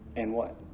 and what?